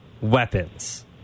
weapons